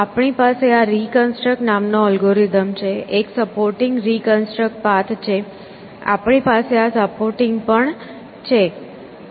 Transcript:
આપણી પાસે આ રિકન્સ્ટ્રક્ટ નામનો અલ્ગોરિધમ છે એક સપોર્ટિંગ રિકન્સ્ટ્રક્ટ પાથ છે આપણી પાસે આ સપોર્ટિંગ પણ છે